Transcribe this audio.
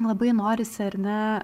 labai norisi ar ne